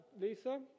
Lisa